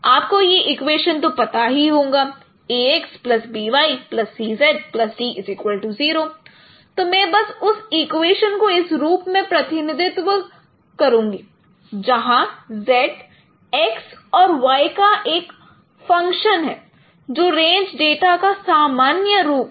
आपको यह इक्वेशन तो पता ही होगा axbyczd0 तो मैं बस उस इक्वेशन को इस रूप में प्रतिनिधित्व करुंगा जहां z x और y का एक फंक्शन है जो रेंज डेटा का सामान्य रूप है